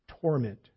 torment